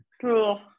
cool